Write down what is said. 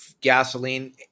gasoline